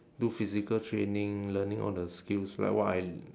do physical training learning all the skills like what I